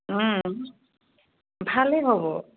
ভালেই হ'ব